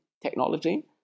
technology